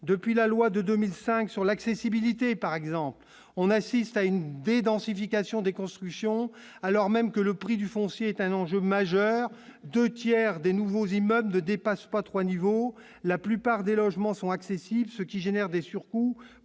depuis la loi de 2005 sur l'accessibilité, par exemple, on assiste à une des densification des constructions, alors même que le prix du foncier est un enjeu majeur, 2 tiers des nouveaux immeubles dépasse pas 3 niveaux, la plupart des logements sont accessibles, ce qui génère des surcoûts,